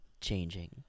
changing